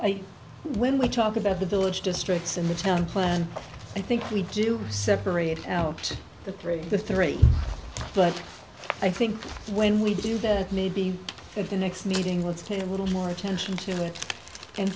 about when we talk about the village districts in the town plan i think we do separate out the three the three but i think when we do that maybe if the next meeting let's take a little more attention to it and